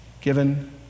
given